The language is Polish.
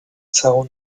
całą